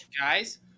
Guys